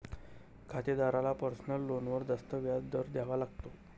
खातेदाराला पर्सनल लोनवर जास्त व्याज दर द्यावा लागतो